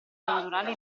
naturale